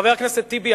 חבר הכנסת טיבי,